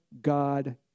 God